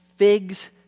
Figs